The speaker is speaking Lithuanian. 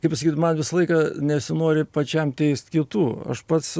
kaip pasakyt man visą laiką nesinori pačiam teist kitų aš pats